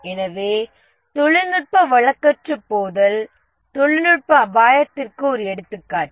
எனவே தொழில்நுட்ப வழக்கற்றுப்போதல் தொழில்நுட்ப அபாயத்திற்கு ஒரு எடுத்துக்காட்டு